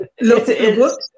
look